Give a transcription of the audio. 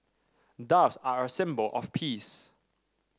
doves are a symbol of peace